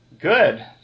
Good